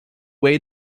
way